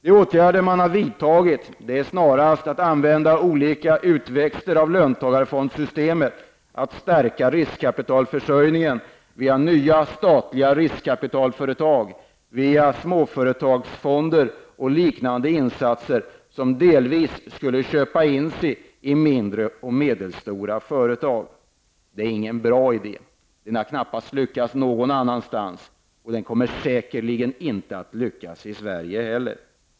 De åtgärder som har vidtagits har snarast gällt användning av olika utväxter av löntagarfondssystemet, att stärka riskkapitalförsörjningen genom nya statliga riskkapitalföretag, småföretagsfonder och liknande. Avsikten har delvis varit att man skulle köpa in sig i mindre och medelstora företag. Detta är ingen bra idé, och den har knappast lyckats någon annanstans, och den kommer säkert inte att lyckas i Sverige heller.